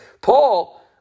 Paul